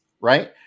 right